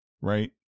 right